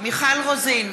מיכל רוזין,